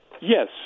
Yes